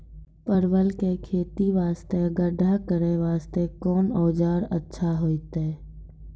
परवल के खेती वास्ते गड्ढा करे वास्ते कोंन औजार अच्छा होइतै?